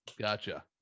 Gotcha